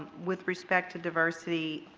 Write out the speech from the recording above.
with respect to diversity.